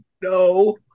No